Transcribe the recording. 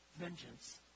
vengeance